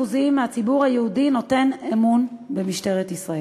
מהציבור היהודי נותן אמון במשטרת ישראל.